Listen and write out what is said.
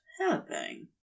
helping